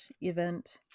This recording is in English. event